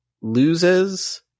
loses